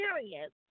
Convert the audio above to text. experience